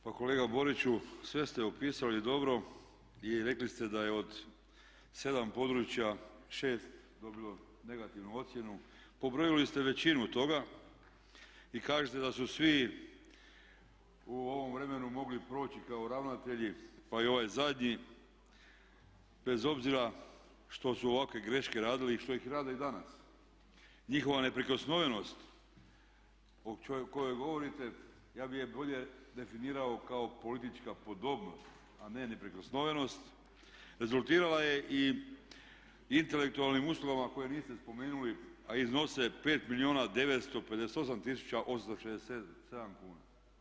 Pa kolega Boriću sve ste opisali dobro i rekli ste da je od 7 područja 6 dobilo negativnu ocjenu, pobrojali ste većinu toga i kažete da su svi u ovom vremenu mogli proći kao ravnatelji pa i ovaj zadnji bez obzira što su ovakve greške radili i što ih rade i danas, njihova neprikosnovenost ovog čovjeka o kojem govorite ja bi je bolje definirao kao politička podobnost a ne neprikosnovenost rezultirala je i intelektualnim uslugama koje niste spomenuli a iznose 5 958 867 kuna.